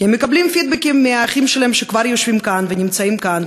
כי הם מקבלים פידבקים מהאחים שלהם שכבר יושבים כאן ונמצאים כאן,